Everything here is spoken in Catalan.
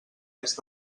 est